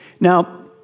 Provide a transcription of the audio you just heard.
Now